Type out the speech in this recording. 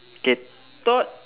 okay thought